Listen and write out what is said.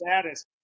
status